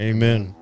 Amen